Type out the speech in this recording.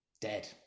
Dead